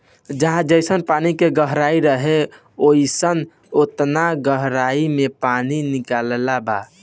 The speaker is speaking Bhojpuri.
जहाँ जइसन पानी के गहराई रहे, ओइजा ओतना गहराई मे पानी निकलत बा